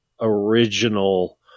Original